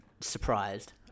Surprised